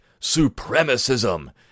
supremacism